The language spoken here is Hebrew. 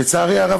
לצערי הרב,